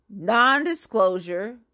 non-disclosure